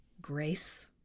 grace